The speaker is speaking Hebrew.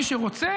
מי שרוצה,